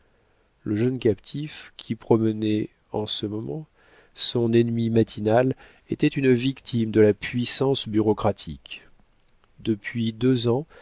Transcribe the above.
le jeune captif qui promenait en ce moment son ennui matinal était une victime de la puissance bureaucratique depuis deux ans